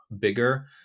bigger